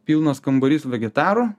pilnas kambarys vegetarų